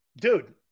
dude